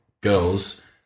girls